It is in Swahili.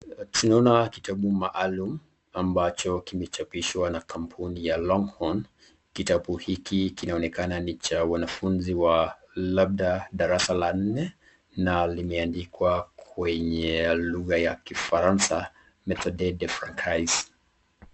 Tunaona kitabu maalum ambacho kimechapishwa na kampuni ya Longhorn. Kitabu hiki kinaonekana ya wanafunzi labda wa darasa la nne na limeandikwa kwenye lugha ya kifaransa Methode de Francais .